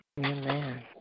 Amen